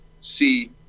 see